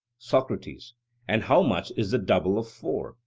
socrates and how much is the double of four?